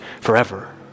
forever